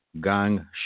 Gang